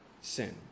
sin